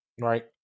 Right